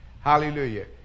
Hallelujah